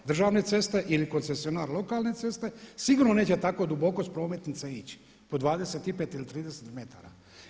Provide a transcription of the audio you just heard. Državne ceste ili koncesionar lokalne ceste sigurno neće tako duboko s prometnice ići po 25 ili 30 metara.